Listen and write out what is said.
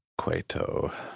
Queto